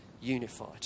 unified